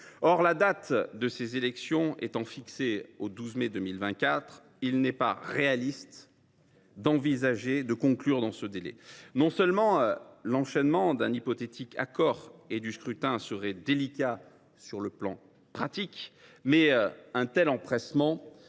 Or, la date de ces élections étant fixée au 12 mai 2024, il n’est pas réaliste d’envisager de conclure dans ce délai. Non seulement l’enchaînement d’un hypothétique accord et du scrutin serait délicat sur le plan pratique, mais un tel empressement